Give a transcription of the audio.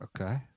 Okay